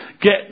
get